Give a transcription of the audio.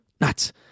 nuts